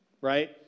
right